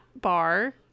bar